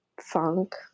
funk